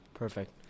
Perfect